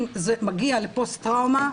אם זה מגיע לפוסט טראומה,